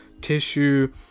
tissue